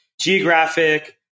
geographic